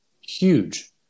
Huge